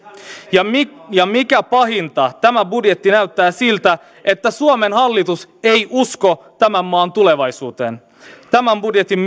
ja mikä pahinta tämä budjetti näyttää siltä että suomen hallitus ei usko tämän maan tulevaisuuteen tämän budjetin